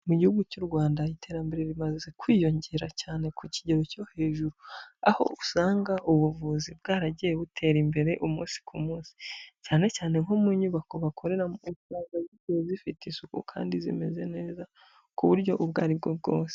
Mu gihugu cy'u Rwanda iterambere rimaze kwiyongera cyane ku kigero cyo hejuru, aho usanga ubuvuzi bwaragiye butera imbere umunsi ku munsi, cyane cyane nko mu nyubako bakoreramo zifite isuku kandi zimeze neza, ku buryo ubwo aribwo bwose.